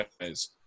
guys